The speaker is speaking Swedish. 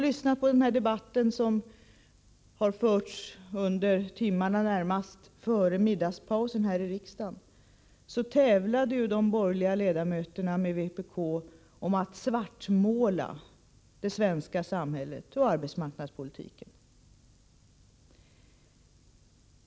I den debatt som fördes under timmarna närmast före middagspausen här i riksdagen tävlade de borgerliga ledamöterna med vpk:s om att svartmåla det svenska samhället och arbetsmarknadspolitiken.